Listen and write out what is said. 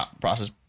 process